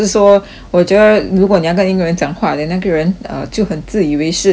我觉得如果你要跟一个人讲话 then 那个人 uh 就很自以为是那种感觉